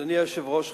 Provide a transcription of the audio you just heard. אדוני היושב-ראש,